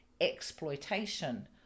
exploitation